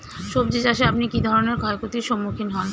সবজী চাষে আপনি কী ধরনের ক্ষয়ক্ষতির সম্মুক্ষীণ হন?